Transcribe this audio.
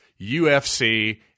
UFC